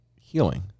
healing